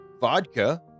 vodka